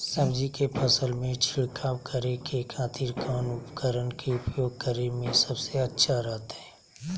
सब्जी के फसल में छिड़काव करे के खातिर कौन उपकरण के उपयोग करें में सबसे अच्छा रहतय?